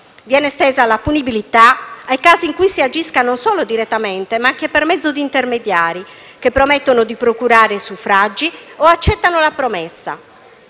Viene estesa la punibilità ai casi in cui si agisca non solo direttamente, ma anche per mezzo di intermediari, che promettono di procurare i suffragi o accettano la promessa.